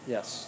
Yes